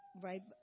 Right